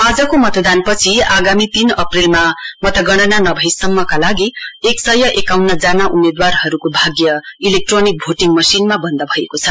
आजको मतदानपछि आगामी तीन अप्रेलमा मतगणना नभएर सम्मका लागि एक सय एकाउन्न जना उम्मेद्वारहरूको भाग्य इलेक्ट्रोनिक भोटिङ मसिनमा बन्द भएको छ